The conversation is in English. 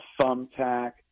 thumbtack